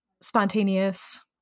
spontaneous